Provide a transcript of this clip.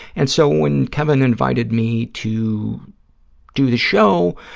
and so, when kevin invited me to do the show,